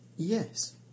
Yes